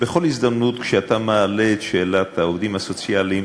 כשאתה מעלה את שאלת העובדים הסוציאליים,